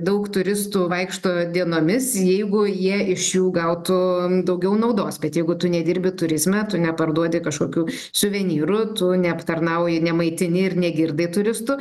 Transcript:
daug turistų vaikšto dienomis jeigu jie iš jų gautų daugiau naudos bet jeigu tu nedirbi turizme tu neparduodi kažkokių suvenyrų tu neaptarnauji nemaitini ir negirdai turistų